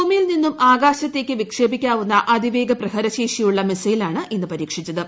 ഭൂമിയിൽ നിന്നും ആകാശത്തേക്ക് വിക്ഷേപിക്കാവുന്ന അതിവേഗ പ്രഹര ശേഷിയുള്ള മിസൈലാണ് ഇന്ന് പരീക്ഷിച്ചത്